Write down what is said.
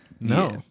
No